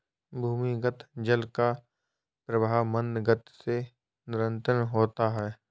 भूमिगत जल का प्रवाह मन्द गति से निरन्तर होता है